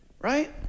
right